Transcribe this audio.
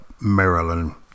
Maryland